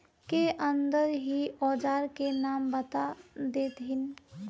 के अंदर ही औजार के नाम बता देतहिन?